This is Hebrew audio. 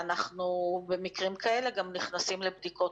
ובמקרים כאלה אנחנו גם נכנסים לבדיקות